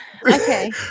okay